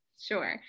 Sure